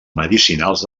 medicinals